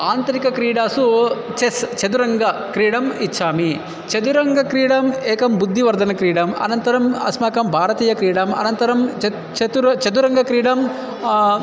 आन्तरिकक्रीडासु chess चतुरङ्गक्रीडाम् इच्छामि चतुरङ्गक्रीडाम् एकं बुद्धिवर्धनक्रीडा अनन्तरम् अस्माकं भारतीयक्रीडा अनन्तरं चत् चतुरः चतुरङ्गक्रीडां